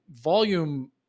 volume